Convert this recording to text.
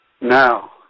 Now